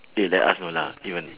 eh like us you know lah even